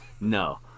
No